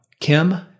Kim